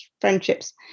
friendships